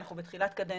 אנחנו בתחילת קדנציה